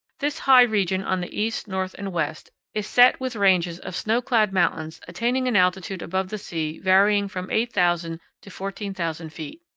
this high region, on the east, north, and west, is set with ranges of snow-clad mountains attaining an altitude above the sea varying from eight thousand to fourteen thousand feet.